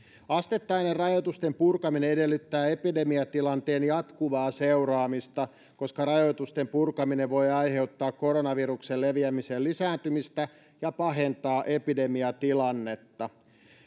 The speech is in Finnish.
asteittainen rajoitusten purkaminen edellyttää epidemiatilanteen jatkuvaa seuraamista koska rajoitusten purkaminen voi aiheuttaa koronaviruksen leviämisen lisääntymistä ja pahentaa epidemiatilannetta